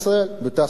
בתעסוקה,